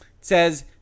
says